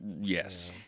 Yes